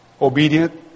obedient